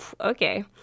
okay